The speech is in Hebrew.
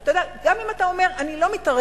אתה יודע, גם אם אתה אומר: אני לא מתערב,